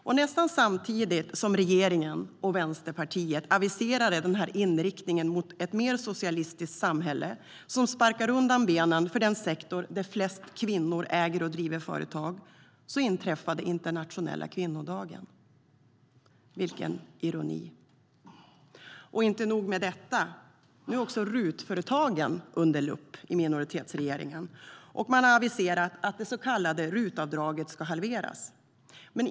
Men det var inte nog med detta. Nu är också RUT-företagen under lupp, och minoritetsregeringen har aviserat att det så kallade RUT-avdraget ska halveras.